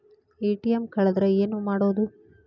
ATM ಕಳದ್ರ ಏನು ಮಾಡೋದು?